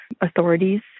authorities